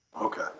Okay